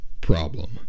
problem